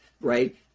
right